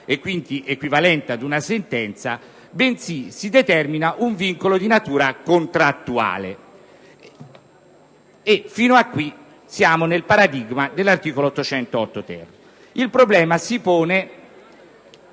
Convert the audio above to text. quindi equivalente ad una sentenza, bensì si determina un vincolo di natura contrattuale. Fino a qui siamo nel paradigma dell'articolo 808-*ter*. Il problema si pone